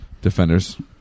defenders